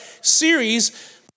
series